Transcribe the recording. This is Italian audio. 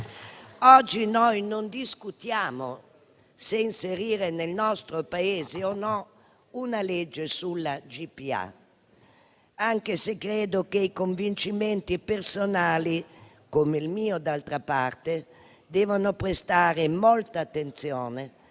Oggi noi non discutiamo se inserire o no nel nostro Paese una legge sulla GPA, anche se credo che i convincimenti personali, come il mio, d'altra parte, debbano prestare molta attenzione